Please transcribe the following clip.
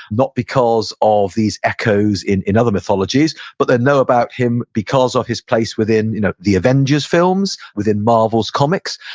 not because of these echos in in other mythologies, but they'll know about him because of his place within you know the avengers films, within marvel's comics.